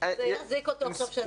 זה יחזיק אותו עד סוף שנה.